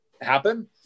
happen